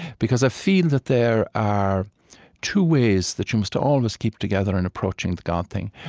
because i feel that there are two ways that you must always keep together in approaching the god thing.